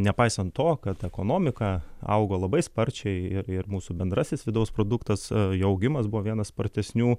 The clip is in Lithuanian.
nepaisant to kad ekonomika augo labai sparčiai ir ir mūsų bendrasis vidaus produktas jo augimas buvo vienas spartesnių